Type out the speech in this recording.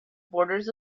borders